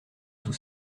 tous